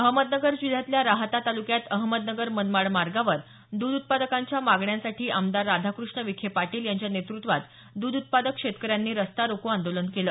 अहमदनगर जिल्ह्यातल्या राहता तालुक्यात अहमदनगर मनमाड मार्गावर द्ध उत्पादकांच्या मागण्यांसाठी आमदार राधाकृष्ण विखे पाटील यांच्या नेतृत्वात दध उत्पादक शेतकऱ्यांनी रस्ता रोको आंदोलन केलं